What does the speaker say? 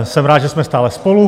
Jsem rád, že jsme stále spolu.